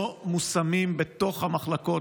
לא מושמים בתוך המחלקות,